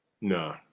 No